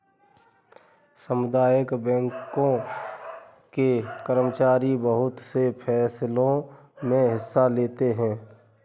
सामुदायिक बैंकों के कर्मचारी बहुत से फैंसलों मे हिस्सा लेते हैं